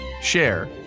share